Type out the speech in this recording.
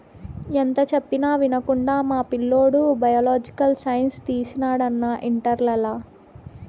ఎంత చెప్పినా వినకుండా మా పిల్లోడు బయలాజికల్ సైన్స్ తీసినాడు అన్నా ఇంటర్లల